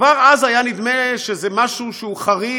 כבר אז היה נדמה שזה משהו שהוא חריג,